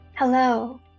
Hello